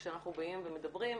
כשאנחנו באים ומדברים,